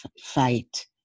fight